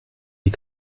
die